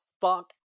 fuck